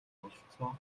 бололцоо